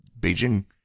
Beijing